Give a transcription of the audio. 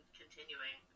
continuing